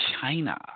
China